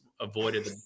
avoided